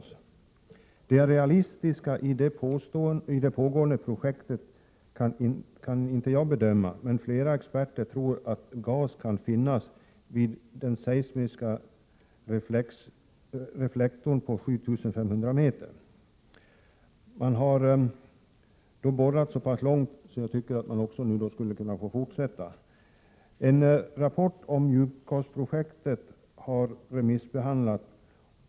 Hur realistiskt det pågående projektet är kan inte jag bedöma, men flera experter tror att gas kan finnas vid den seismiska reflektorn på 7 500 m. När man nu har borrat så pass långt kan man väl ändå få fortsätta? En rapport om djupgasprojektet har remissbehandlats.